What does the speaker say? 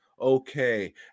okay